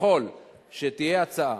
ככל שתהיה הצעה